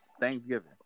Thanksgiving